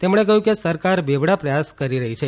તેમણે કહ્યું કે સરકાર બેવડા પ્રયાસ કરી રહી છે